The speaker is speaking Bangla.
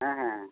হ্যাঁ হ্যাঁ